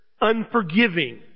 unforgiving